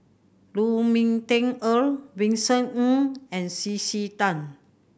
Lu Ming Teh Earl Vincent Ng and C C Tan